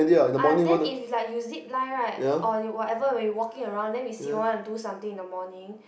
uh then if like you zipline right or whatever when you walking around then we see wanna do something in the morning